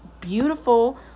beautiful